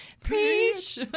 Preach